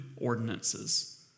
ordinances